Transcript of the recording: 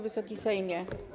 Wysoki Sejmie!